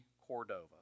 Cordova